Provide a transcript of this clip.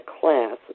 class